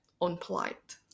unpolite